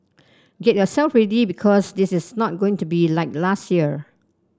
get yourself ready because this is not going to be like last year